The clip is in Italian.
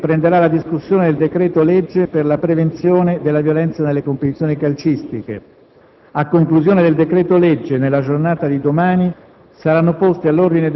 Oggi pomeriggio riprenderà la discussione del decreto-legge per la prevenzione della violenza nelle competizioni calcistiche. A conclusione del decreto-legge, nella giornata di domani